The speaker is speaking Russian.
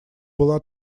была